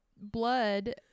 blood